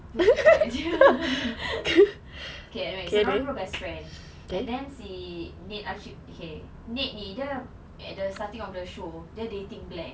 pushed aside okay alright so dia orang dua best friends and then si nick archie okay nick ni dia at the starting of the show dia dating blair